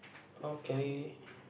okay